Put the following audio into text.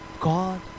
God